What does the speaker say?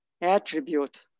attribute